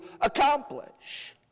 accomplish